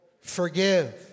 forgive